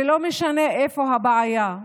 ולא משנה איפה הבעיה.